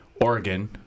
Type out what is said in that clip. Oregon